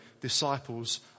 disciples